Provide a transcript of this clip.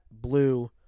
Blue